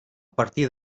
partir